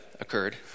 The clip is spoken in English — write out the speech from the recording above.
occurred